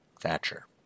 thatcher